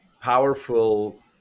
powerful